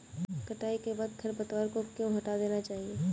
कटाई के बाद खरपतवार को क्यो हटा देना चाहिए?